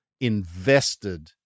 invested